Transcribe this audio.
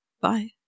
bye